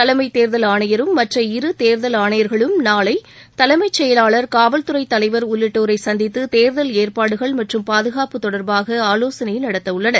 தலைமைத் தேர்தல் ஆணையரும் மற்ற இரு தேர்தல் ஆணையர்களும் நாளை தலைமைச் செயலாளர் காவல்துறை தலைவர் உள்ளிட்டோரை சந்தித்து தேர்தல் ஏற்பாடுகள் மற்றும் பாதுகாப்பு தொடர்பாக ஆலோசனை நடத்தவுள்ளனர்